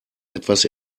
etwas